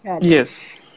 yes